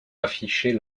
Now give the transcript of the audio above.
afficher